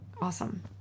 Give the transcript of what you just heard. awesome